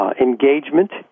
Engagement